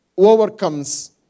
overcomes